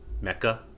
mecca